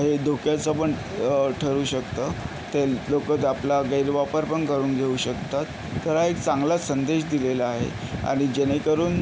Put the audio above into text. हे धोक्याचं पण ठरू शकतं ते लोक तर आपला गैरवापर पण करून घेऊ शकतात तर हा एक चांगला संदेश दिलेला आहे आणि जेणेकरून